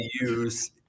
use